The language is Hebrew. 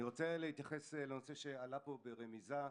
אני רוצה להתייחס לנושא שעלה פה ברמיזה.